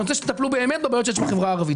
אני רוצה שתטפל באמת בבעיות שיש בחברה הערבית.